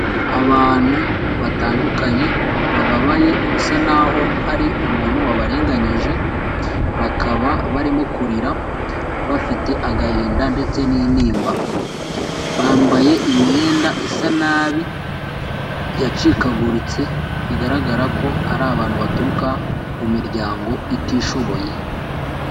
Abantu batandukanye bababaye, bisa naho hari umuntu wabarenganyije, bakaba barimo kurira bafite agahinda ndetse n'intimba, bambaye imyenda isa nabi yacikaguritse, bigaragara ko ari abantu baturuka mu miryango itishoboye.